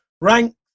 rank